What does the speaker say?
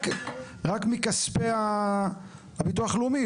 רק מכספי הביטוח הלאומי,